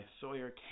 Sawyer